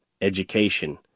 education